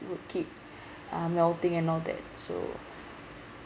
would keep melting and all that so